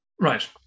Right